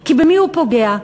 כי במי הוא פוגע?